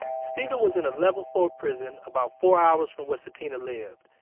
steven was in a level four prison about four hours from where sutina lived.